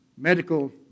medical